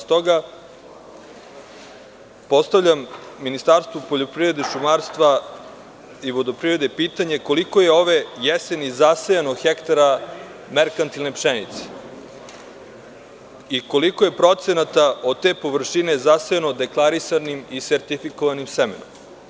Stoga postavljam Ministarstvu poljoprivrede, šumarstva i vodoprivrede pitanje – koliko je ove jeseni zasejano hektara merkantilne pšenice i koliko je procenata od te površine zasejano deklarisanim i sertifikovanim semenom?